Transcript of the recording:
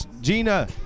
Gina